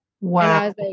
Wow